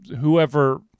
whoever